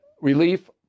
relief